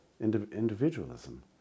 individualism